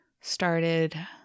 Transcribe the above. started